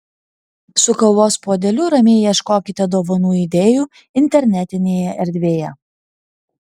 su kavos puodeliu ramiai ieškokite dovanų idėjų internetinėje erdvėje